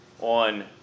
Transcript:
on